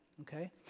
okay